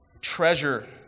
treasure